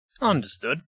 Understood